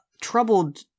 troubled